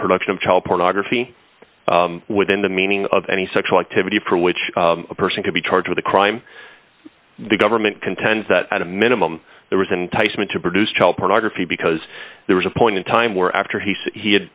production of child pornography within the meaning of any sexual activity for which a person could be charged with a crime the government contends that at a minimum there was an enticement to produce child pornography because there was a point in time where after he said he had